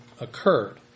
occurred